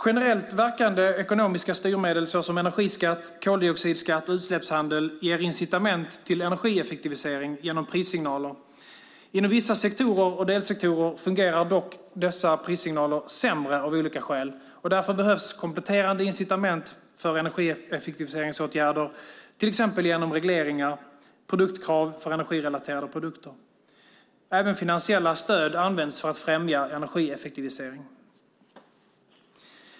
Generellt verkande ekonomiska styrmedel såsom energiskatt, koldioxidskatt och utsläppshandel ger incitament till energieffektivisering genom prissignaler. Inom vissa sektorer och delsektorer fungerar dock dessa prissignaler sämre av olika skäl. Därför behövs kompletterande incitament för energieffektiviseringsåtgärder till exempel genom reglering och produktkrav för energirelaterade produkter. Även finansiella stöd används för att främja energieffektivisering.